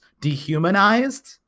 dehumanized